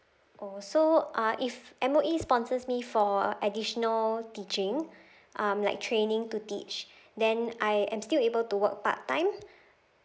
oh so uh if M_O_E sponsors me for additional teaching um like training to teach then I am still able to work part time